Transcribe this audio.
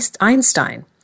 Einstein